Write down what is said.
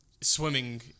swimming